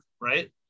right